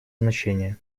значение